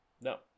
No